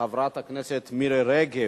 חברת הכנסת מירי רגב,